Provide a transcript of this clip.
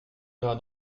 iras